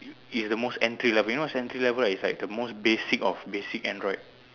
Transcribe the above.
is the most entry level you know what's entry level is like the most basic of basic Android